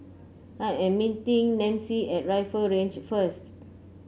I am meeting Nanci at Rifle Range first